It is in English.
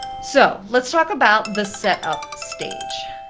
so let's talk about the set-up stage.